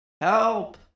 Help